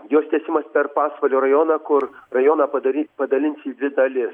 jos tiesimas per pasvalio rajoną kur rajoną padaryt padalins į dvi dalis